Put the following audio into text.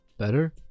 better